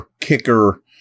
kicker